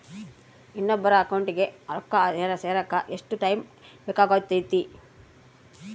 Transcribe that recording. ಇನ್ನೊಬ್ಬರ ಅಕೌಂಟಿಗೆ ರೊಕ್ಕ ಸೇರಕ ಎಷ್ಟು ಟೈಮ್ ಬೇಕಾಗುತೈತಿ?